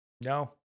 no